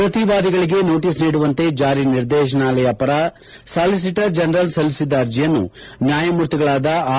ಪ್ರತಿವಾದಿಗಳಿಗೆ notice ನೀಡುವಂತೆ ಜಾರಿ ನಿರ್ದೇಶನಾಲಯ ಪರ ಸಾಲಿಟರ್ ಜನರಲ್ ಸಲ್ಲಿಸಿದ್ದ ಅರ್ಜಿಯನ್ನು ನ್ಯಾಯಮೂರ್ತಿಗಳಾದ ಆರ್